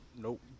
Nope